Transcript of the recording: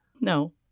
No